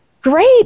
Great